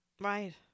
Right